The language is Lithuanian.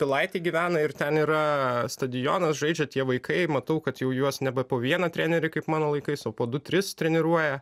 pilaitėj gyvena ir ten yra stadionas žaidžia tie vaikai matau kad jau juos ne po vieną trenerį kaip mano laikais o po du tris treniruoja